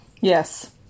Yes